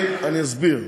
אני אסביר.